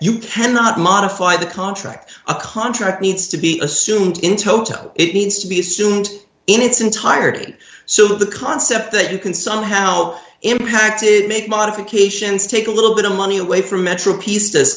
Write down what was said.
you cannot modify the contract a contract needs to be assumed in toto it needs to be assumed in its entirety so that the concept that you can somehow impacted make modifications take a little bit of money away from metra piece